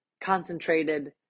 concentrated